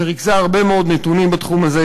שריכזה הרבה מאוד נתונים בתחום הזה,